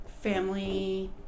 family